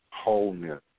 wholeness